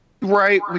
Right